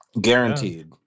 Guaranteed